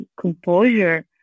composure